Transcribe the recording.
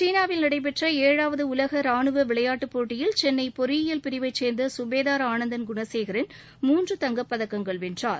சீனாவில் நடைபெற்ற வரும் ஏழாவது உலக ரானுவ விளையாட்டு போட்டியில் சென்னை பொறியியல் பிரிவைச் சேர்ந்த சுபேதார் ஆனந்தன் குணசேகரன் மூன்று தங்கப்பதக்கங்கள் வென்றார்